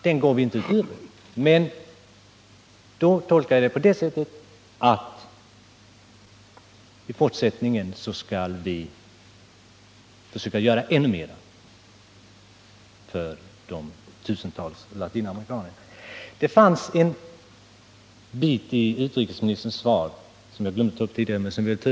Då tolkar jag uttalandet på det sättet att vi i fortsättningen skall försöka göra ännu mer för de tusentals latinamerikanerna. Det finns ett uttalande i utrikesministerns svar, som jag glömde att ta uppi mitt första inlägg.